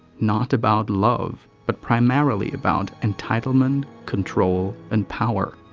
not about love but primarily about entitlement, control, and power.